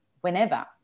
whenever